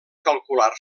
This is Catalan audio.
calcular